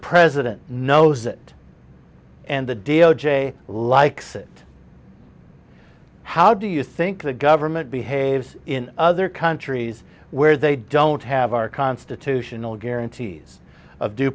president knows it and the d o j likes it how do you think the government behaves in other countries where they don't have our constitutional guarantees of due